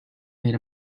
made